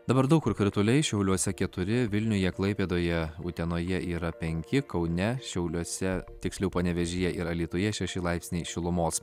dabar daug kur krituliai šiauliuose keturi vilniuje klaipėdoje utenoje yra penki kaune šiauliuose tiksliau panevėžyje ir alytuje šeši laipsniai šilumos